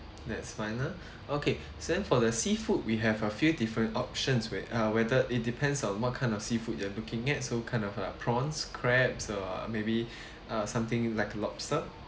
that's fine ah okay then for the seafood we have a few different options where uh whether it depends on what kind of seafood you are looking at so kind of have prawns crabs or maybe uh something like lobster